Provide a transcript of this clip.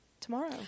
tomorrow